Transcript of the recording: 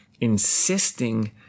Insisting